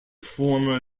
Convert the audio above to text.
former